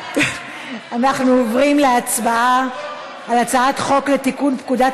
אנחנו עוברים להצבעה על הצעת חוק לתיקון פקודת